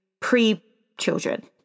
pre-children